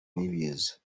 ibiza